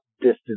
distance